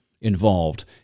involved